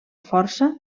força